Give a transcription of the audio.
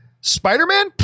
Spider-Man